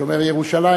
שומר ירושלים,